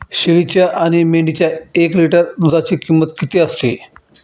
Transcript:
शेळीच्या आणि मेंढीच्या एक लिटर दूधाची किंमत किती असते?